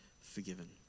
forgiven